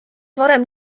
varem